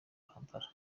kampala